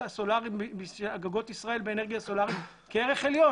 הסולריים באנרגיה סולרית ערך עליון.